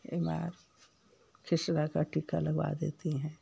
M R खसरा का टीका लगवा देती हैं